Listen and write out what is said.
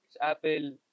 Apple